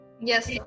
Yes